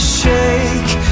shake